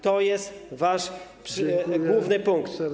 To jest wasz główny punkt.